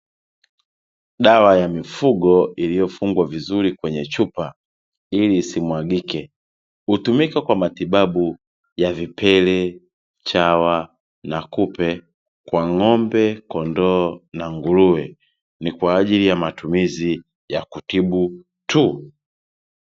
Dawa ya mifugo iliyofungwa vizuri kwenye chupa ili isimwagike , hutumika kwa matibabu ya vipele, chawa na kupe kwa ng'ombe, kondoo na nguruwe ni kwaajili ya matumizi ya kutibu tu.